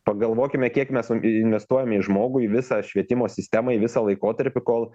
pagalvokime kiek mes investuojame į žmogų į visą švietimo sistemą į visą laikotarpį kol